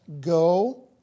go